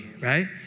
right